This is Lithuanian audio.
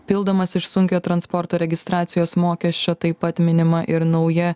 pildomas iš sunkiojo transporto registracijos mokesčio taip pat minima ir nauja